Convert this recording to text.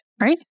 Right